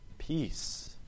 peace